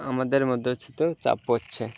আমাদের মুদ্রাস্ফিতীতে চাপ পড়ছে